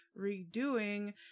redoing